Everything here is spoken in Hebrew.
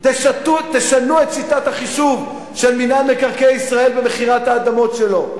תשנו את שיטת החישוב של מינהל מקרקעי ישראל במכירת האדמות שלו,